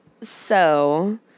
So-